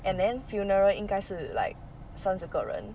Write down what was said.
and then funeral 应该是 like 三十个人